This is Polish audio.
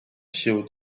się